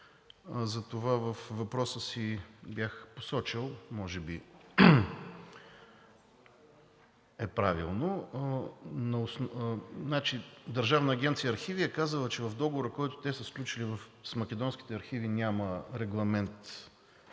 Затова във въпроса си бях посочил, а може би е правилно, значи, Държавна агенция „Архиви“ е казала, че в договора, който те са сключили с македонските архиви, няма регламент